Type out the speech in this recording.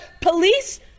police